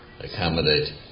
accommodate